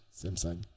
Samsung